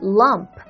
lump